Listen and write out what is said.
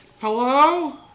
Hello